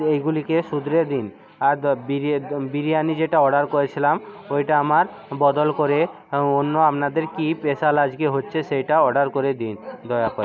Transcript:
এইগুলিকে শুধরে দিন আর দ বিরি দ বিরিয়ানি যেটা অর্ডার করেছিলাম ওইটা আমার বদল করে অন্য আপনাদের কি স্পেসাল আজকে হচ্চে সেইটা অর্ডার করে দিন দয়া কর